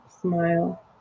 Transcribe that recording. smile